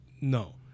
No